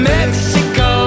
Mexico